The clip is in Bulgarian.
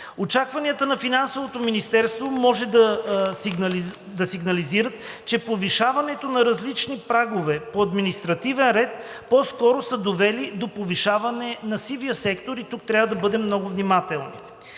Очакванията на Финансовото министерство може да сигнализират, че повишаването на различни прагове по административен ред по-скоро са довели до повишаване на сивия сектор и тук трябва да бъдем много внимателни.